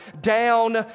down